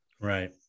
Right